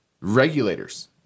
regulators